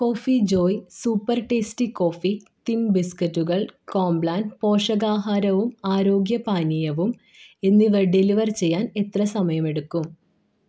coffee joy super tasty coffee thin ബിസ്കറ്റുകൾ Complan പോഷകാഹാരവും ആരോഗ്യ പാനീയവും എന്നിവ ഡെലിവർ ചെയ്യാൻ എത്ര സമയമെടുക്കും